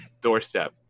doorstep